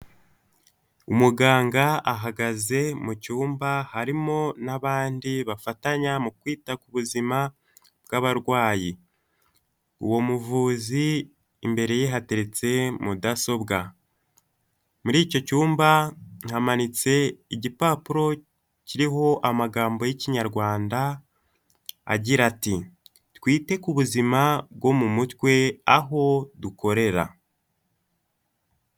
umuganga ahagaze mu cyumba harimo n'abandi bafatanya mu kwita ku buzima bw'abarwayi, uwo muvuzi imbere ye hateretse mudasobwa muri icyo cyumba hamanitse igipapuro kiriho amagambo y'Ikinyarwanda agira ati "twite ku buzima bwo mu mutwe aho dukorera".